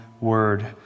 word